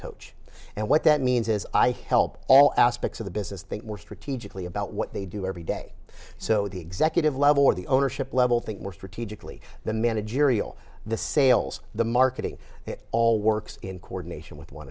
coach and what that means is i help all aspects of the business think more strategically about what they do every day so the executive level or the ownership level think more strategically the managerial the sales the marketing it all works in coordination with one